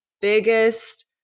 biggest